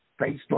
Facebook